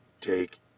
Take